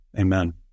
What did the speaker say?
Amen